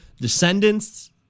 Descendants